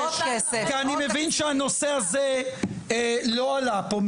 כי אני מבין שהנושא הזה לא עלה פה,